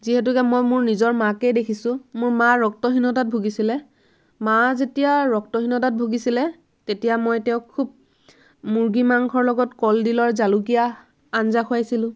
যিহেতুকে মই মোৰ নিজৰ মাকেই দেখিছোঁ মোৰ মা ৰক্তহীনতাত ভুগিছিলে মা যেতিয়া ৰক্তহীনতাত ভুগিছিলে তেতিয়া মই তেওঁক খুব মুৰ্গী মাংসৰ লগত কলডিলৰ জালুকীয়া আঞ্জা খুৱাইছিলোঁ